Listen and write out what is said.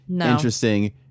interesting